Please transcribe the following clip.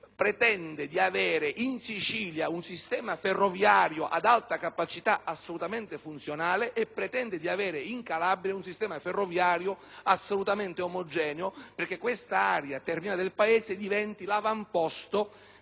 pretende di avere in Sicilia un sistema ferroviario ad alta capacità assolutamente funzionale e in Calabria un sistema ferroviario assolutamente omogeneo perché quest'area terminale del Paese diventi l'avamposto